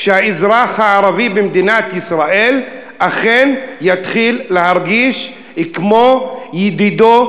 שהאזרח הערבי במדינת ישראל אכן יתחיל להרגיש כמו ידידו,